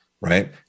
Right